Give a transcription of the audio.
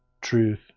truth